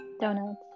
Donuts